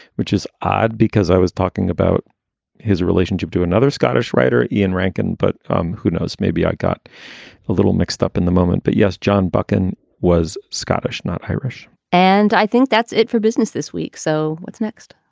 which is odd because i was talking about his relationship to another scottish writer, ian rankin. but um who knows? maybe i got a little mixed up in the moment. but yes, john buchan was scottish, not irish and i think that's it for business this week. so what's next?